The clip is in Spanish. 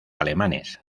alemanes